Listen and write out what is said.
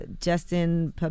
Justin